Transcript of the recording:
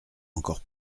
encore